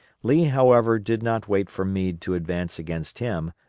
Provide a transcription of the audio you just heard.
lee, however, did not wait for meade to advance against him,